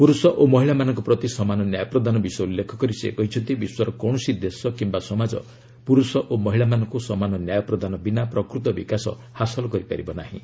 ପୁରୁଷ ଓ ମହିଳାମାନଙ୍କ ପ୍ରତି ସମାନ ନ୍ୟାୟ ପ୍ରଦାନ ବିଷୟ ଉଲ୍ଲେଖ କରି ସେ କହିଛନ୍ତି ବିଶ୍ୱର କୌଣସି ଦେଶ କିମ୍ବା ସମାଜ ପୁରୁଷ ଓ ମହିଳାମାନଙ୍କୁ ସମାନ ନ୍ୟାୟ ପ୍ରଦାନ ବିନା ପ୍ରକୃତ ବିକାଶ ହାସଲ କରିପାରିବ ନାହିଁ